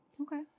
okay